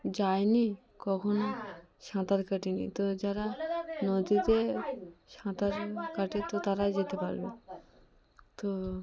যায়নি কখনো সাঁতার কাটিনি তো যারা নদীতে সাঁতার কাটে তো তারাই যেতে পারবে তো